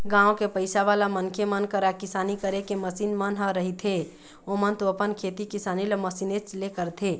गाँव के पइसावाला मनखे मन करा किसानी करे के मसीन मन ह रहिथेए ओमन तो अपन खेती किसानी ल मशीनेच ले करथे